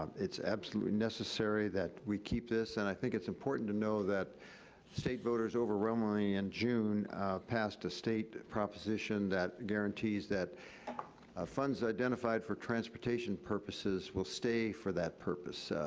um it's absolutely necessary that we keep this, and i think it's important to know that state voters overwhelmingly in and june passed a state proposition that guarantees that ah funds identified for transportation purposes will stay for that purpose.